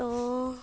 ᱛᱚ